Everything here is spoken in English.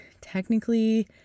technically